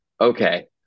Okay